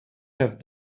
have